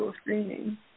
screening